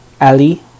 Ali